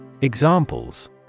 Examples